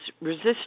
resist